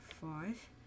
five